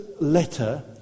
letter